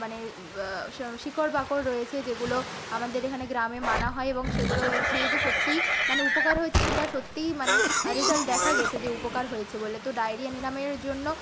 মানে শিকড় বাকড় রয়েছে যেগুলো আমাদের এখানে গ্রামে মানা হয় এবং সেগুলো খেয়ে যে সত্যিই মানে উপকার হয়েছে সেটা সত্যিই মানে রেজাল্ট দেখা গেছে যে উপকার হয়েছে বলে তো ডায়রিয়া নিরাময়ের জন্য